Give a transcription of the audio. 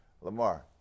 Lamar